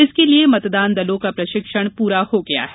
इसके लिए मतदान दलों का प्रशिक्षण पूरा हो गया है